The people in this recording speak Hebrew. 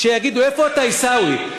איפה אתה, עיסאווי?